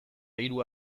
hiru